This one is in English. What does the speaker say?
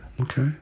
Okay